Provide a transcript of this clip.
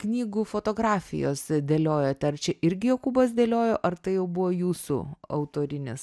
knygų fotografijos dėliojote ar čia irgi jokūbas dėliojo ar tai jau buvo jūsų autorinis